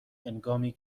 هنگامی